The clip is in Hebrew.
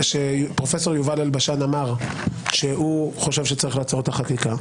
שפרופ' יובל אלבשן אמר שהוא חושב שצריך לעצור את החקיקה,